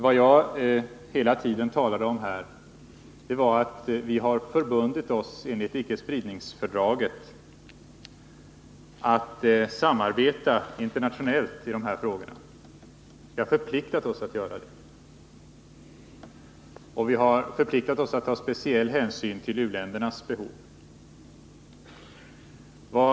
Vad jag hela tiden talade om här var att vi enligt icke-spridningsfördraget har förbundit oss att samarbeta internationellt i de här frågorna. Vi har förpliktat oss att göra det, och vi har förpliktat oss att ta speciell hänsyn till u-ländernas behov.